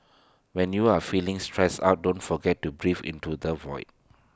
when you are feeling stressed out don't forget to breathe into the void